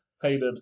Hated